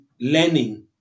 learning